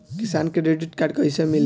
किसान credit card कइसे मिली?